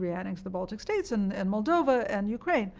re-annex the baltic states and and moldova and ukraine?